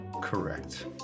Correct